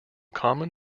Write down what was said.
common